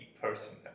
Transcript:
person